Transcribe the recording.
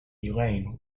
elaine